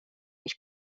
ich